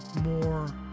more